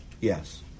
yes